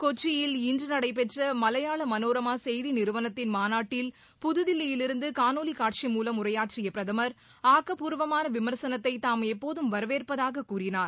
கொச்சியில் இன்று நடைபெற்ற மலையாள மனோரமா செய்தி நிறுவனத்தின் மாநாட்டில் புதுதில்லியிலிருந்து காணொலி காட்சி மூலம் உரையாற்றிய பிரதமா் ஆக்கப்பூர்வமான விமா்சனத்தை தாம் எப்போதும் வரவேற்பதாக கூறினார்